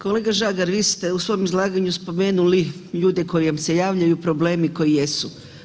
Kolega Žagar vi ste u svom izlaganju spomenuli ljude koji vam se javljaju i problemi koji jesu.